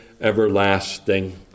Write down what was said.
everlasting